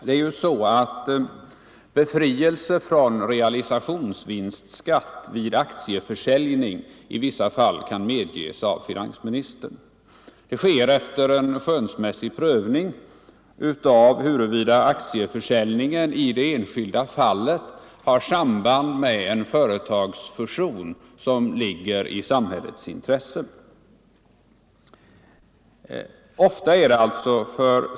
Det är ju så att befrielse från realisationsvinstskatt vid aktieförsäljning i vissa fall kan medges av finansministern. Det sker efter en skönsmässig prövning av frågan huruvida aktieförsäljningen i det enskilda fallet har samband med en företagsfusion som ligger i samhällets intresse.